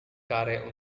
kare